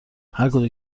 هرکجا